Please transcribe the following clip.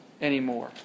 anymore